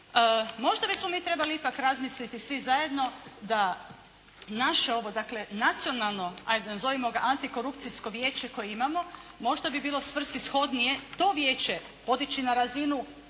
Možda bismo mi trebali ipak razmisliti svi zajedno da naše ovo dakle nacionalno, ajde nazovimo ga antikorupcijsko vijeće koje imamo možda bi bilo svrsishodnije to vijeće podići na razinu